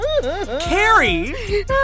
Carrie